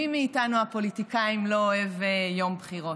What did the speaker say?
מי מאיתנו הפוליטיקאים לא אוהב יום בחירות?